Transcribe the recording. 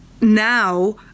now